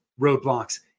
roadblocks